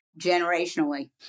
generationally